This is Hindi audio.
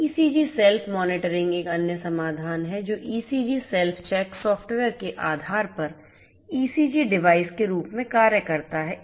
ईसीजी सेल्फ मॉनिटरिंग एक अन्य समाधान है जो ईसीजी सेल्फ चेक सॉफ्टवेयर के आधार पर ईसीजी डिवाइस के रूप में कार्य करता है